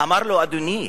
אמר לו: אדוני,